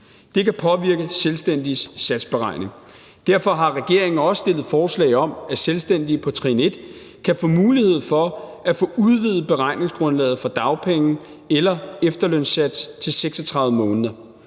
Det kan påvirke selvstændiges satsberegning. Derfor har regeringen også stillet forslag om, at selvstændige på trin 1 kan få mulighed for at få udvidet beregningsgrundlaget for dagpenge- eller efterlønssatsen til 36 måneder.